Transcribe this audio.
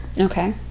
Okay